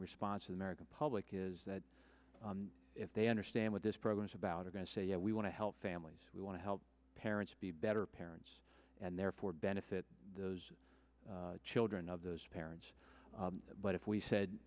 response american public is that if they understand what this program is about are going to say you know we want to help families we want to help parents be better parents and therefore benefit those children of those parents but if we said